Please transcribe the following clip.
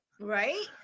right